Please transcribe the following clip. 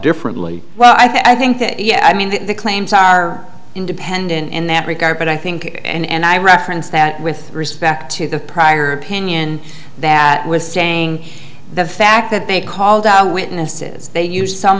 differently well i think that yes i mean that the claims are independent in that regard but i think and i referenced that with respect to the prior opinion that was saying the fact that they called our witnesses they used some